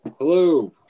Hello